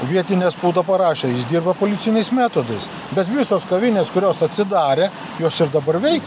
vietinė spauda parašė jis dirba policiniais metodais bet visos kavinės kurios atsidarė jos ir dabar veik